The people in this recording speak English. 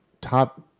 top